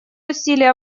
усилия